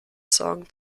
song